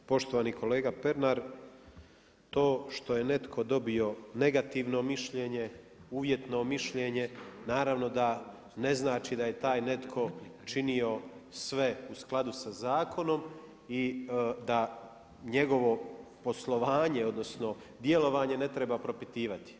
Poštovani kolega Pernar, to što je netko dobio negativno mišljenje, uvjetno mišljenje, naravno da ne znači da je taj netko činio sve u skladu sa zakonom i da njegovo poslovanje odnosno djelovanje ne treba propitivati.